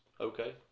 okay